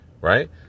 right